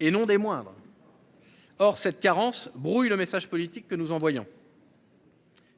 Et non des mois.-- Or cette carence brouille le message politique que nous envoyons.--